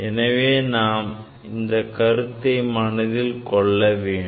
எனவே நாம் இந்த கருத்தை மனதில் கொள்ள வேண்டும்